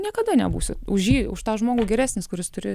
niekada nebūsi už jį už tą žmogų geresnis kuris turi